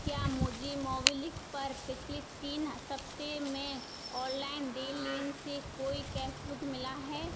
क्या मुझे मोब्लिक पर पिछले तीन सप्ताह में ऑनलाइन देन लेन से कोई कैशबुक मिला है